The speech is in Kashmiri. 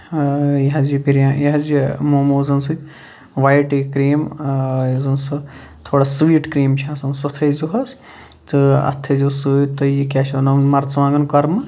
یہِ حظ یہِ یہِ حظ یہِ موموزَن سۭتۍ وایِٹ یہِ کریٖم یُس زَن سُہ تھوڑا سُویٖٹ کریٖم چھےٚ آسان سۄ تھٲے زیو حظ تہٕ اَتھ تھٲے زیو سۭتۍ تُہۍ بیٚیہِ کیاہ چھِ اَتھ وَنان مَرژٕوانگن کۄرمہٕ